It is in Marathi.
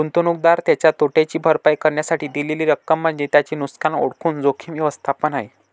गुंतवणूकदार त्याच्या तोट्याची भरपाई करण्यासाठी दिलेली रक्कम म्हणजे त्याचे नुकसान ओळखून जोखीम व्यवस्थापन आहे